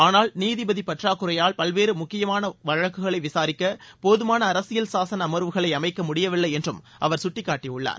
ஆனால் நீதிபதி பற்றாக்குறையால் பல்வேறு முக்கியமான வழக்குகளை விசாரிக்க போதுமான அரசியல் சாசன அமர்வுகளை அமைக்க முடியவில்லை என்றும் அவர் கட்டிக்காட்டியுள்ளார்